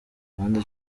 abandi